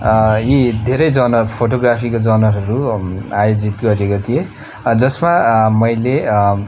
यी धेरैजना फोटोग्राफीको जनहरू आयोजित गरिएको थिए जसमा मैले